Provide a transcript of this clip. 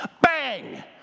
Bang